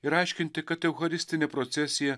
ir aiškinti kad eucharistinė procesija